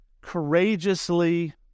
courageously